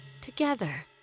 together